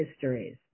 histories